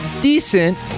decent